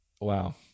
Wow